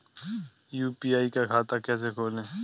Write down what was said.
UPI का खाता कैसे खोलें?